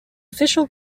official